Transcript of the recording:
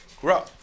grow